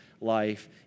life